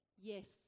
Yes